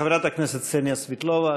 חברת הכנסת קסניה סבטלובה,